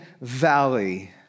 Valley